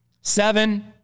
seven